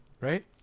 right